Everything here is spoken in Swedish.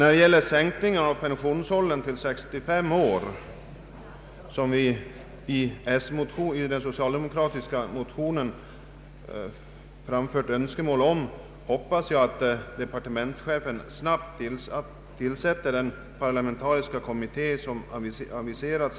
Beträffande sänkningen av pensionsåldern till 65 år, vilket den socialdemokratiska motionen framfört önskemål om, hoppas jag att departementschefen snabbt tillsätter den parlamentariska kommitté som här har aviserats.